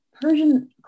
Persian